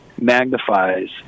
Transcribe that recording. magnifies